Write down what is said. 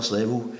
level